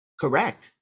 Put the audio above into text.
correct